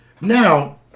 Now